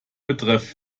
betreff